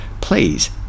please